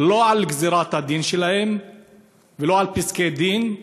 לא על גזירת הדין שלהם ולא על פסקי דין,